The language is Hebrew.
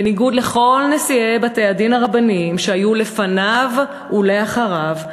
בניגוד לכל נשיאי בתי-הדין הרבניים שהיו לפניו ולאחריו.